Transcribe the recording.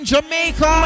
Jamaica